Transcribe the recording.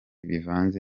bivanze